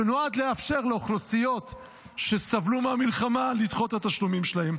שנועד לאפשר לאוכלוסיות שסבלו מהמלחמה לדחות את התשלומים שלהם.